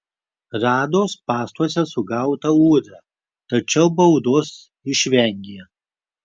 rado spąstuose sugautą ūdrą tačiau baudos išvengė